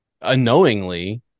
unknowingly